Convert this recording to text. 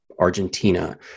Argentina